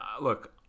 look